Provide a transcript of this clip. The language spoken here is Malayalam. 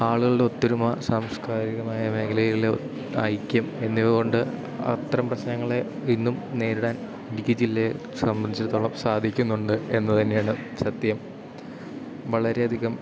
ആളുകളുടെ ഒത്തൊരുമ സാംസ്കാരികമായ മേഖലയിലെ ഐക്യം എന്നിവകൊണ്ട് അത്തരം പ്രശ്നങ്ങളെ ഇന്നും നേരിടാൻ ഇടുക്കി ജില്ലയെ സംബന്ധിച്ചെടുത്തോളം സാധിക്കുന്നുണ്ട് എന്നു തന്നെയാണ് സത്യം വളരേയധികം